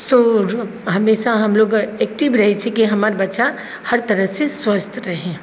सो हमेशा हम लोग एक्टिव रहै छी हमर बच्चा हर तरह से स्वस्थ रहै